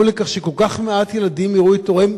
לכך שכל כך מעט ילדים יראו את הוריהם,